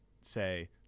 say